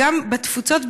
בתפוצות,